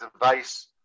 device